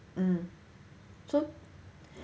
um so